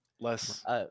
Less